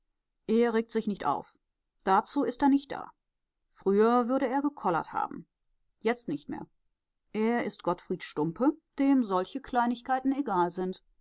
er regt sich nicht auf dazu ist er nicht da früher würde er gekollert haben jetzt nicht mehr er ist gottfried stumpe dem solche kleinigkeiten sehr egal sind